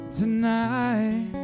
tonight